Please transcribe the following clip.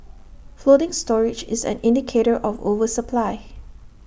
floating storage is an indicator of oversupply